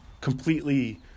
completely